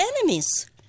enemies